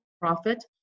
profit